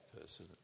person